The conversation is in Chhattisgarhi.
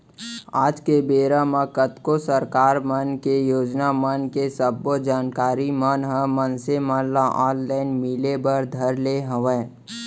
आज के बेरा म कतको सरकार मन के योजना मन के सब्बो जानकारी मन ह मनसे मन ल ऑनलाइन मिले बर धर ले हवय